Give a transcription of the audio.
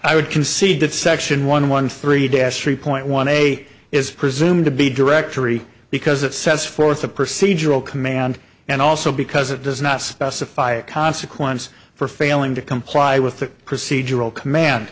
i would concede that section one one three das three point one a is presumed to be directory because it sets forth the procedural command and also because it does not specify a consequence for failing to comply with the procedural command